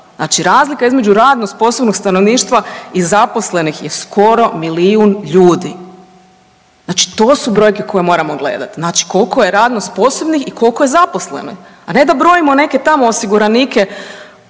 razlika između radno sposobnog stanovništva i zaposlenih je skoro milijun ljudi. Znači to su brojke koje moramo gledati. Znači koliko je radno sposobnih i koliko je zaposlenih, a ne da brojimo neke tamo osiguranike,